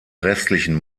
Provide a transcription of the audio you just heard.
restlichen